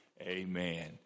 Amen